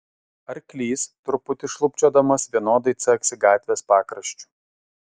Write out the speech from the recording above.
arklys truputį šlubčiodamas vienodai caksi gatvės pakraščiu